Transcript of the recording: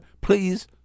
Please